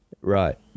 right